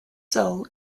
soul